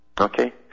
Okay